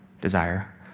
desire